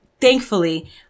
thankfully